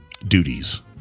duties